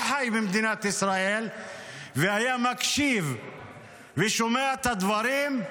חי במדינת ישראל והיה מקשיב ושומע את הדברים,